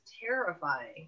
terrifying